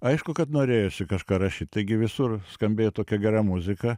aišku kad norėjosi kažką rašyt taigi visur skambėjo tokia gera muzika